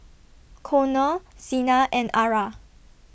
Conner Sena and Ara